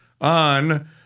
on